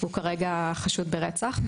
הוא כרגע חשוד ברצח.